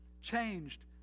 changed